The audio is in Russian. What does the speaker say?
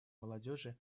молодежи